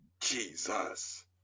Jesus